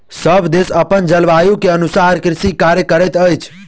सभ देश अपन जलवायु के अनुसारे कृषि कार्य करैत अछि